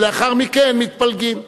ולאחר מכן מתפלגים,